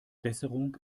besserung